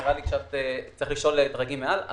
נראה לי שצריך לשאול דרגים מעל.